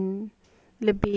lebih